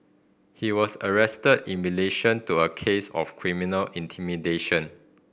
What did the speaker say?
he was arrested in relation to a case of criminal intimidation